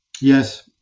yes